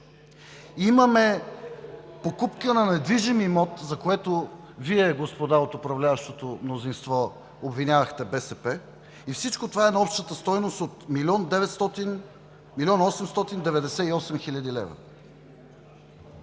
имаме покупка на недвижим имот, за което Вие, господа от управляващото мнозинство, обвинявахте БСП. И всичко това е на общата стойност от 1 млн.